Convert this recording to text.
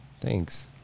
Thanks